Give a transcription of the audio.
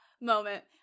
moment